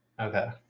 Okay